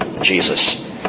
Jesus